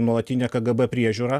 nuolatinę kgb priežiūrą